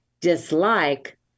dislike